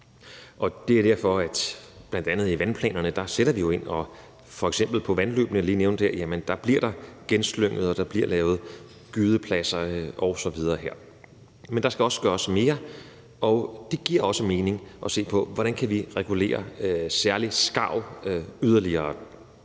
Det er derfor, at vi bl.a. i vandplanerne sætter ind, og f.eks. vandløbene, som jeg lige nævnte, bliver genslynget, og der bliver lavet gydepladser osv. her. Men der skal også gøres mere, og det giver også mening at se på, hvordan vi kan regulere særlig skarv yderligere.